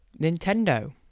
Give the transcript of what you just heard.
Nintendo